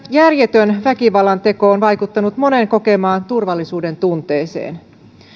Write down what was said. järjetön väkivallanteko on vaikuttanut monen kokemaan turvallisuudentunteeseen